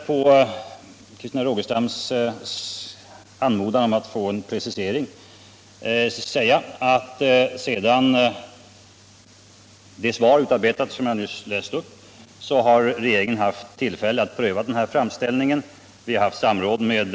På Christina Rogestams fråga vill jag nämna att regeringen sedan det svar utarbetats som jag nyss läste upp har haft tillfälle att pröva framställningen från FN:s flyktingkommissarie.